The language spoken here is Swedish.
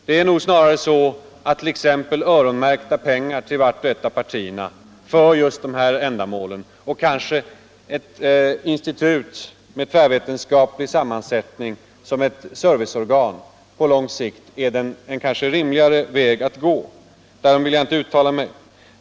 Det är nog snarare så att t.ex. öronmärkta pengar till vart och ett av partierna för just dessa ändamål och kanske ett institut med tvärvetenskaplig sammansättning som ett serviceorgan på lång sikt är en rimligare väg att gå. Därom vill jag inte uttala mig.